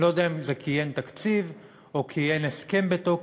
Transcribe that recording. אני לא יודע אם זה כי אין תקציב או כי אין הסכם בתוקף.